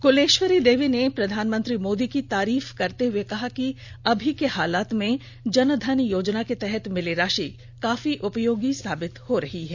कलेष्वरी देवी ने प्रधानमंत्री मोदी की तारीफ करते हुए कहा कि अभी के हालात में जनधन योजना के तहत मिली राषि काफी उपयोगी साबित हो रही है